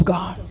God